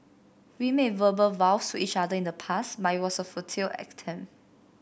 we made verbal vows to each other in the past but it was a futile attempt